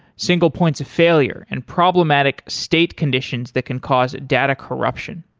single points of failure and problematic state conditions that can cause data corruption.